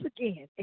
again